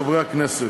חברי הכנסת,